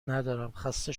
ندارم، خسته